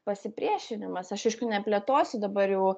pasipriešinimas aš aišku neplėtosiu dabar jau